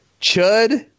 Chud